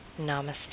Namaste